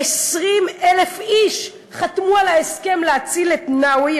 20,000 איש חתמו על ההסכם להציל את נאווי.